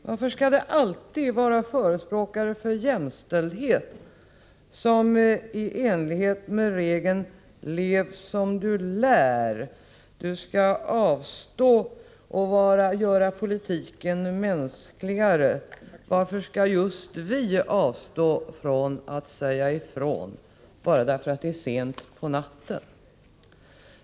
Varför skall det alltid vara förespråkare för jämställdhet som skall avstå från att säga ifrån — enligt regeln lev som du lär, du skall avstå och göra politiken mänskligare — bara därför att det är sent på natten?